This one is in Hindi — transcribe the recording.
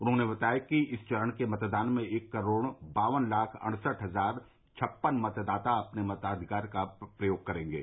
उन्होंने बताया कि इस चरण के मतदान में एक करोड़ बावन लाख अड़सठ हजार छप्पन मतदाता अपने मताधिकार का इस्तेमाल करेंगे